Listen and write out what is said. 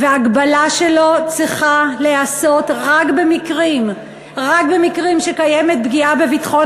והגבלה שלו צריכה להיעשות רק במקרים שקיימת פגיעה בביטחון